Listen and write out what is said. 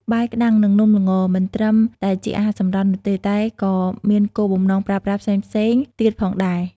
បាយក្ដាំង និងនំល្ង មិនត្រឹមតែជាអាហារសម្រន់នោះទេ វាក៏មានគោលបំណងប្រើប្រាស់ផ្សេងៗទៀតផងដែរ។